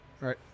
Right